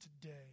today